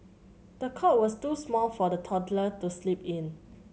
the cot was too small for the toddler to sleep in